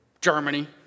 Germany